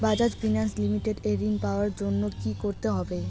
Bajaj finance limited এ ঋন পাওয়ার জন্য কি করতে হবে?